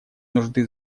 нужды